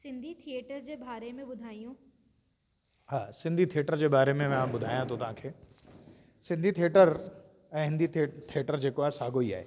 Sindhi theatre जे बारे में ॿुधायो हां सिंधी थिएटर जे बारे में मां ॿुधायां थो तव्हांखे सिंधी थिएटर ऐं हिंदी थि थिएटर जेको आहे साॻियो ई आहे